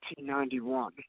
1991